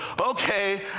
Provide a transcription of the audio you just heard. okay